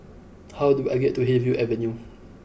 how do I get to Hillview Avenue